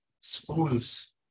schools